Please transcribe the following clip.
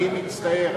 אני מצטער,